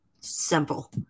Simple